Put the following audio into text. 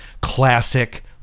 classic